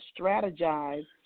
strategize